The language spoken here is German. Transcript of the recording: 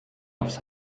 aufs